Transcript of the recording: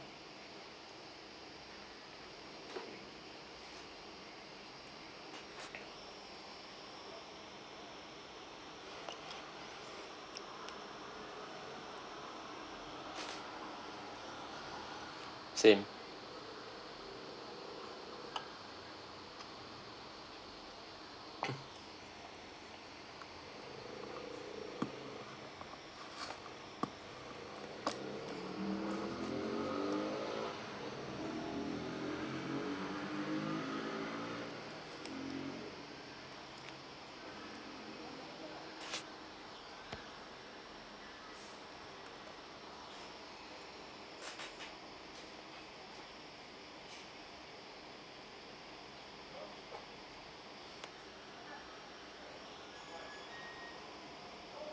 same